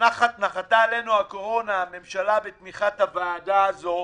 כשנחתה עלינו הקורונה הממשלה, בתמיכת הוועדה הזו,